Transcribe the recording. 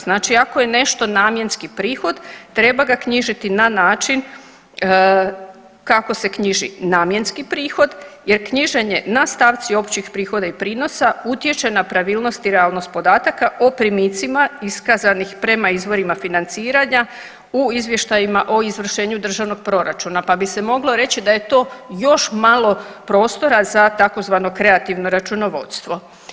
Znači ako je nešto namjenski prihod, treba ga knjižiti na način kako se knjiži namjenski prihod jer knjiženje na stavci općih prihoda i prinosa utječe na pravilnosti i realnost podataka o primicima iskazanih prema izvorima financiranja u izvještajima o izvršenju državnog proračuna, pa bi se moglo reći da je to još malo prostora za tzv. kreativno računovodstvo.